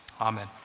Amen